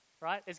right